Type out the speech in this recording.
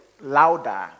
louder